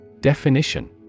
Definition